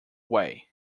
way